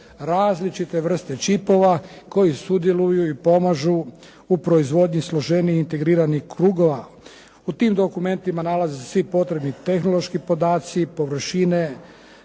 različite vrste čipova koje sudjeluju i pomažu u proizvodnji složenije integriranih krugova. U tim dokumentima nalaze se i potrebni tehnološki podaci, površine,